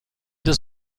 does